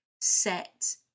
set